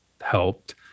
helped